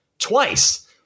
twice